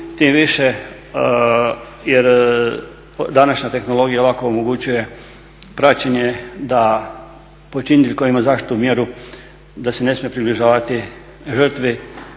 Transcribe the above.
tim više jer današnja tehnologija lako omogućuje praćenje da počinitelj koji ima zaštitnu mjeru da se ne smije približavati žrtvi.